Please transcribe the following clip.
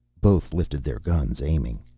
both lifted their guns, aiming.